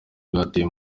byateye